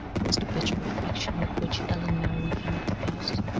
was the bitter reflection with which allan now reviewed the past,